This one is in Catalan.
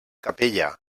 capella